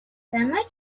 страной